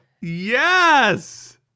Yes